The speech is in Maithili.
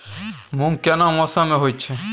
मूंग केना मौसम में होय छै?